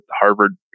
harvard